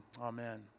Amen